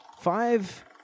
Five